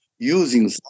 using